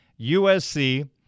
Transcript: USC